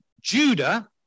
Judah